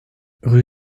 rue